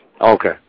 Okay